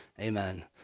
Amen